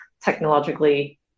technologically